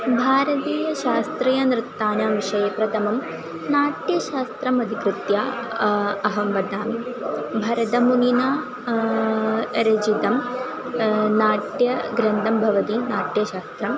भारतीयशास्त्रीयनृत्तानां विषये प्रथमं नाट्यशास्त्रम् अधिकृत्य अहं वदामि भरतमुनिना रचितं नाट्यग्रन्थं भवति नाट्यशास्त्रम्